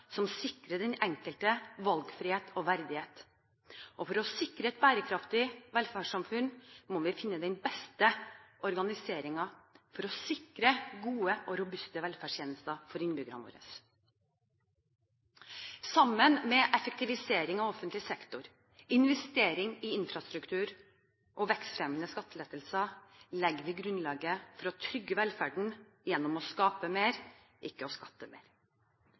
som sikrer den enkelte valgfrihet og verdighet. For å sikre et bærekraftig velferdssamfunn må vi finne den beste organiseringen for gode og robuste velferdstjenester for innbyggerne våre. Sammen med effektivisering av offentlig sektor, investeringer i infrastruktur og vekstfremmende skattelettelser legger vi grunnlaget for å trygge velferden gjennom å skape mer, ikke skatte mer.